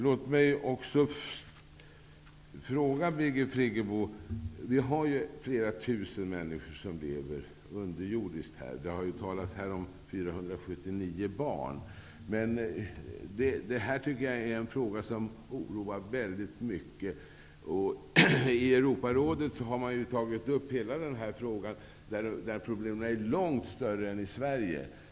Låt mig också ställa en fråga till Birgit Frig gebo. Vi har flera tusen människor som lever un derjordiskt. Det har talats här om 479 barn. Denna fråga oroar mig väldigt mycket. I Europa rådet har man tagit upp frågan. Där har man långt större problem än i Sverige.